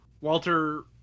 Walter